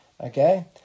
Okay